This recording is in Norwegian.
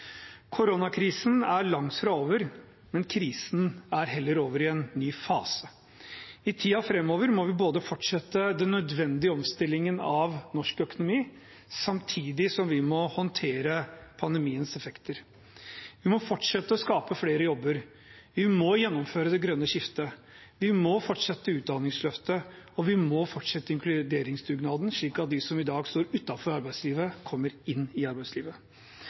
Koronakrisen er langt fra over, krisen er heller kommet over i en ny fase. I tiden framover må vi fortsette den nødvendige omstillingen av norsk økonomi samtidig som vi må håndtere pandemiens effekter. Vi må fortsette å skape flere jobber, vi må gjennomføre det grønne skiftet, vi må fortsette utdanningsløftet, og vi må fortsette inkluderingsdugnaden, slik at de som i dag står utenfor arbeidslivet, kommer inn i arbeidslivet.